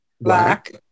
Black